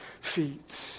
feet